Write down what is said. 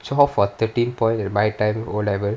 twelve or thirteen points my time O level